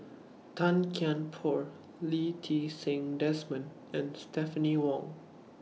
Tan Kian Por Lee Ti Seng Desmond and Stephanie Wong